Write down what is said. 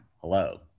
Hello